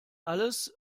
alles